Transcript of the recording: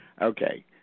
Okay